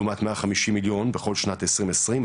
לעומת 150 מיליון בשנת 2020,